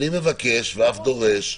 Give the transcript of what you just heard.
אני מבקש ואף דורש,